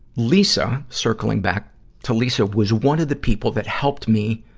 lisa circling back to lisa was one of the people that helped me